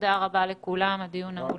תודה רבה, הישיבה נעולה.